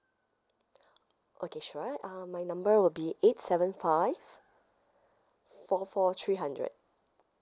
okay sure uh my number will be eight seven five four four three hundred